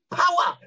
power